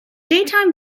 daytime